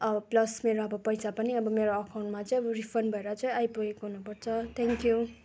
अब प्लस मेरो अब पैसा पनि अब मेरो एकाउन्टमा चाहिँ अब रिफन्ड भएर चाहिँ आइपुगेको हुनुपर्छ थ्याङ्कयु